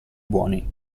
buoni